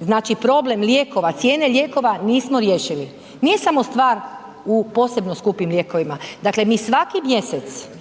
znači problem lijekova, cijene lijekova nismo riješili. Nije samo stvar u posebno skupim lijekovima, dakle mi svaki mjesec